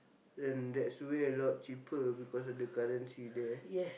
and that's way a lot cheaper cause of the currency there